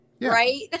right